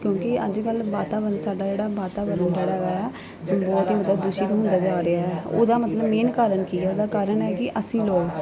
ਕਿਉਂਕਿ ਅੱਜ ਕੱਲ੍ਹ ਵਾਤਾਵਰਣ ਸਾਡਾ ਜਿਹੜਾ ਵਾਤਾਵਰਣ ਜਿਹੜਾ ਆ ਬਹੁਤ ਹੀ ਮਤਲਵ ਦੂਸ਼ਿਤ ਹੁੰਦਾ ਜਾ ਰਿਹਾ ਉਹਦਾ ਮਤਲਬ ਮੇਨ ਕਾਰਨ ਕੀ ਹੈ ਉਹਦਾ ਕਾਰਨ ਹੈ ਕਿ ਅਸੀਂ ਲੋਕ